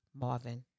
Marvin